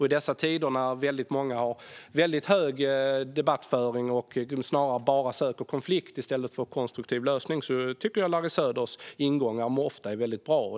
I dessa tider när många har ett väldigt högt tonläge i debatten och bara söker konflikt snarare än konstruktiv lösning tycker jag att Larry Söders ingångar ofta är väldigt bra.